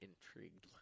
intrigued